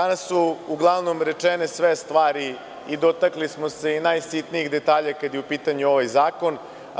Danas su uglavnom rečene sve stvari i dotakli smo se i najsitnijih detalja kada je u pitanju ovaj zakon.